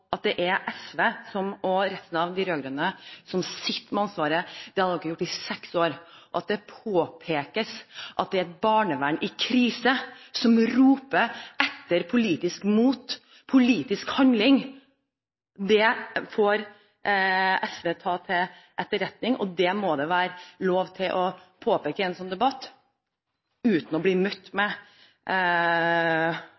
at det er SV og resten av de rød-grønne som sitter med ansvaret – det har man hatt i seks år. At det påpekes at det er et barnevern i krise som roper etter politisk mot, politisk handling, får SV ta til etterretning, og det må det være lov til å påpeke i en sånn debatt uten å bli møtt